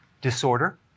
Disorder